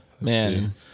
Man